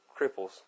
cripples